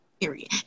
Period